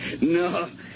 No